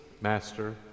Master